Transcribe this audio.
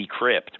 decrypt